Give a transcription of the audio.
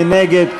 מי נגד?